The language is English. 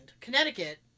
Connecticut